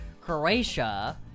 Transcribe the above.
Croatia